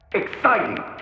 exciting